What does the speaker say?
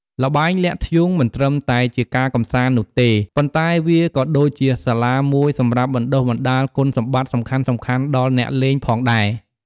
ល្បែងលាក់ធ្យូង មិនត្រឹមតែជាការកម្សាន្តនោះទេ ប៉ុន្តែវាក៏ដូចជាសាលាមួយសម្រាប់បណ្ដុះបណ្ដាលគុណសម្បត្តិសំខាន់ៗដល់អ្នកលេងផងដែរ។